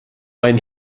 einen